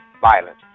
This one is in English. violence